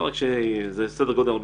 שיהיה לנו סדר גודל.